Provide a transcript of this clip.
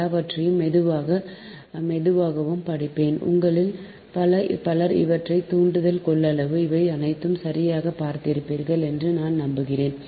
எல்லாவற்றையும் மெதுவாகவும் மெதுவாகவும் படிப்பேன் உங்களில் பலர் இவற்றை தூண்டல் கொள்ளளவு இவை அனைத்தையும் சரியாகப் படித்திருப்பீர்கள் என்று நான் நம்புகிறேன்